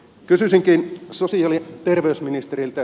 kysyisinkin sosiaali ja terveysministeriltä